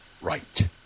right